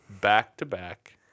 Back-to-back